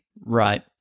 Right